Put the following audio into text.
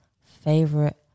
favorite